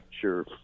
sure